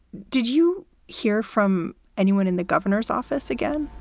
did you hear from anyone in the governor's office again?